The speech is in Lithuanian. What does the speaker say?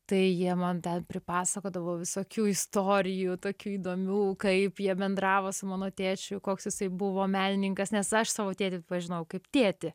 tai jie man ten pripasakodavo visokių istorijų tokių įdomių kaip jie bendravo su mano tėčiu koks jisai buvo menininkas nes aš savo tėtį pažinau kaip tėtį